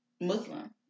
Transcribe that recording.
muslim